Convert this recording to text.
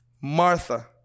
Martha